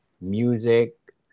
Music